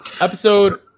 Episode